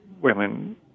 women